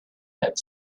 had